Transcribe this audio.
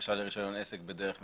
בקשה לרישיון עסק בדרך מסוימת,